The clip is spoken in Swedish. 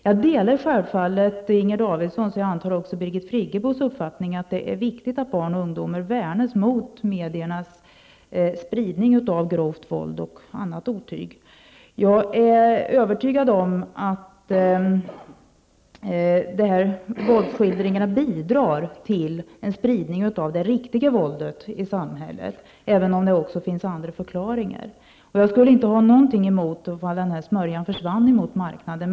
Jag delar självfallet Inger Davidsons, och jag antar också Birgit Friggebos uppfattning, att det är viktigt att barn och ungdomar värnas mot mediernas spridning av grovt våld och annat otyg. Jag är övertygad om att dessa våldsskildringar bidrar till en spridning av det riktiga våldet i samhället, även om det också finns andra förklaringar. Jag skulle inte ha något emot om denna smörja försvann från marknaden.